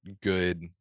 good